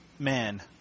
Man